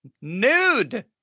nude